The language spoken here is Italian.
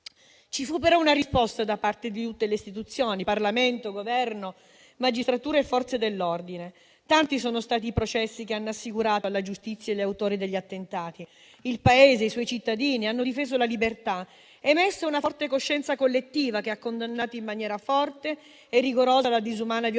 Ci fu però una risposta da parte di tutte le istituzioni: Parlamento, Governo, magistratura e Forze dell'ordine. Tanti sono stati i processi che hanno assicurato alla giustizia gli autori degli attentati. Il Paese e i suoi cittadini hanno difeso la libertà ed è emersa una forte coscienza collettiva, che ha condannato in maniera forte e rigorosa la disumana violenza